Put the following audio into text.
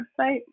website